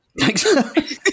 Thanks